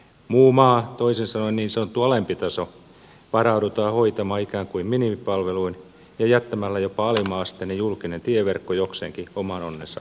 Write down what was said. muu maa toisin sanoen niin sanottu alempi taso varaudutaan hoitamaan ikään kuin minimipalveluin ja jättämällä jopa alemmanasteinen julkinen tieverkko jokseenkin oman onnensa nojaan